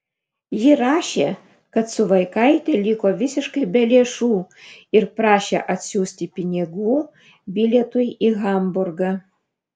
ji rašė kad su vaikaite liko visiškai be lėšų ir prašė atsiųsti pinigų bilietui į hamburgą